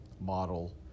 model